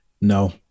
No